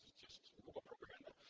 just google propaganda.